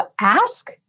ask